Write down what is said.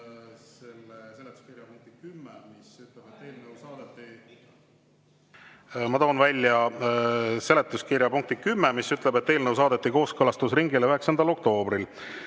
Ma toon välja seletuskirja punkti 10, mis ütleb, et eelnõu saadeti kooskõlastusringile 9. oktoobril.